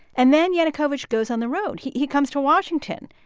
and then yanukovych goes on the road. he he comes to washington.